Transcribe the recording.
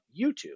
YouTube